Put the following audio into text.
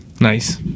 nice